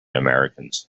americans